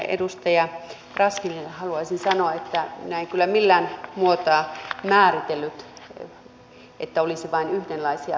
edustaja razmyarille haluaisin sanoa että minä en kyllä millään muotoa määritellyt että olisi vain yhdenlaisia perheitä